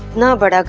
number.